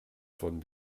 von